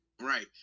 Right